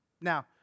Now